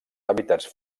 hàbitats